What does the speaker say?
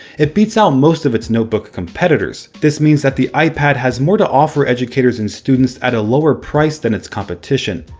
it beats out most of its notebook competitors. this means that the ipad has more to offer educators and students at a lower price than its competition.